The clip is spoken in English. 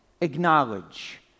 acknowledge